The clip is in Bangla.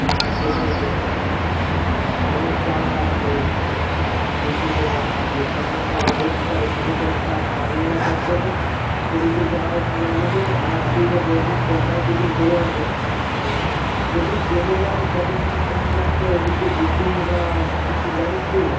হ্যাঁ সেটাও তো ঘরে চাপ আছে বুঝতেই তো পারছিস এখানের যা অবস্থা এখানে কোনো কাজ পাবিও না টপ করে সেদিকে যাওয়াই ভালো আমাদের আর তুই যা বলছিস কলকাতার দিকে ঘুরে আসবি যদি ট্রেনে যাই কতদিন সময় লাগবে ওদিকে যেতে বা কিছু জানিস তুই